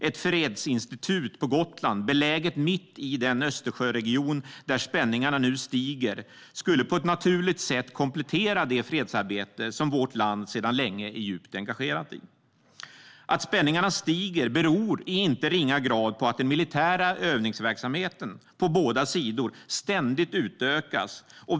Ett fredsinstitut på Gotland, beläget mitt i den Östersjöregion där spänningarna nu stiger, skulle på ett naturligt sätt komplettera det fredsarbete som vårt land sedan länge är djupt engagerat i. Att spänningarna stiger beror i inte ringa grad på att den militära övningsverksamheten på båda sidor ständigt utökas.